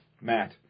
Matt